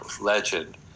legend